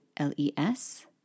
L-E-S